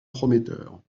prometteurs